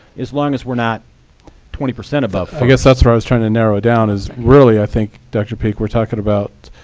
as long as we're not twenty percent above. i guess that's where i was trying to narrow it down, is really, i think, dr peak, we're talking about